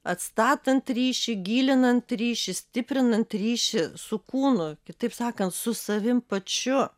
atstatant ryšį gilinant ryšį stiprinant ryšį su kūnu kitaip sakant su savim pačiu